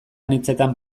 anitzetan